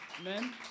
Amen